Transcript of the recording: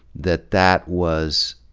that that was,